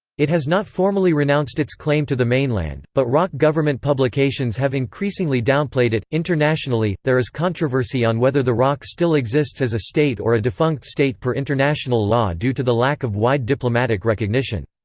it has not formally renounced its claim to the mainland, but roc government publications have increasingly downplayed it internationally, there is controversy on whether the roc still exists as a state or a defunct state per international law due to the lack of wide diplomatic recognition.